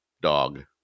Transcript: dog